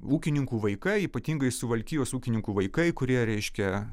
ūkininkų vaikai ypatingai suvalkijos ūkininkų vaikai kurie reiškia